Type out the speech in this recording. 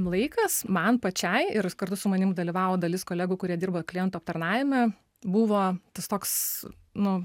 laikas man pačiai ir kartu su manim dalyvavo dalis kolegų kurie dirba klientų aptarnavime buvo tas toks nu